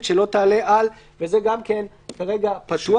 שלא תעלה על" וזה גם כן כרגע פתוח.